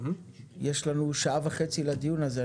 יש לנו שעה וחצי לדיון הזה,